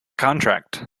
contract